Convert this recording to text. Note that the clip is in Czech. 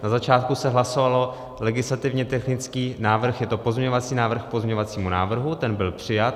Na začátku se hlasovalo legislativně technický návrh, je to pozměňovací návrh k pozměňovacímu návrhu, ten byl přijat.